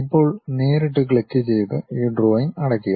ഇപ്പോൾ നേരിട്ട് ക്ലിക്കുചെയ്ത് ഈ ഡ്രോയിംഗ് അടയ്ക്കുക